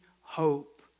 hope